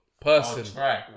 Person